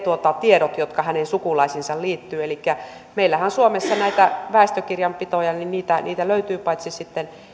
tiedot jotka hänen sukulaisiinsa liittyvät elikkä meillähän suomessa näitä väestökirjanpitoja löytyy paitsi